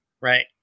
Right